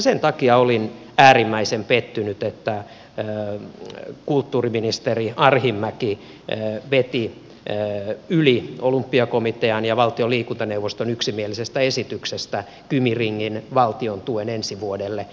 sen takia olin äärimmäisen pettynyt että kulttuuriministeri arhinmäki veti yli olympiakomitean ja valtion liikuntaneuvoston yksimielisen esityksen kymi ringin valtiontueksi ensi vuodelle